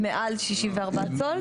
מעל 64 צול,